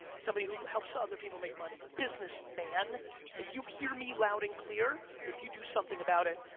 somebody who helps other people make money, businessman. if you hear me loud and clear, if you do something about it,